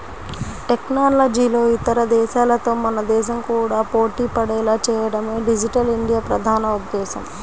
టెక్నాలజీలో ఇతర దేశాలతో మన దేశం కూడా పోటీపడేలా చేయడమే డిజిటల్ ఇండియా ప్రధాన ఉద్దేశ్యం